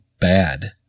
bad